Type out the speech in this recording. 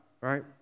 right